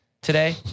Today